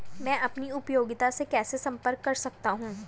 मैं अपनी उपयोगिता से कैसे संपर्क कर सकता हूँ?